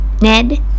Ned